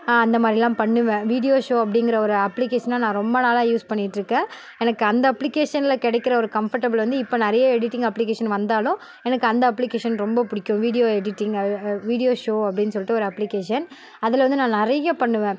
நான் அந்த மாதிரில்லாம் பண்ணுவேன் வீடியோ ஷோ அப்படிங்குற ஒரு அப்ளிக்கேஷனை நான் ரொம்ப நாளாக யூஸ் பண்ணிட்டிருக்கேன் எனக்கு அந்த அப்ளிக்கேஷனில் கிடைக்கிற ஒரு கம்ஃபர்டபுள் வந்து இப்போ நிறைய எடிட்டிங் அப்ளிக்கேஷன் வந்தாலும் எனக்கு அந்த அப்ளிக்கேஷன் ரொம்ப பிடிக்கும் வீடியோ எடிட்டிங் வீடியோ ஷோ அப்படின்னு சொல்லிட்டு ஒரு அப்ளிக்கேஷன் அதில் வந்து நான் நிறைய பண்ணுவேன்